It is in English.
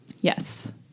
Yes